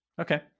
okay